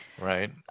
Right